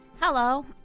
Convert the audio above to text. Hello